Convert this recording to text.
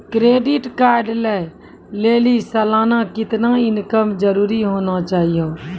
Credit card लय लेली सालाना कितना इनकम जरूरी होना चहियों?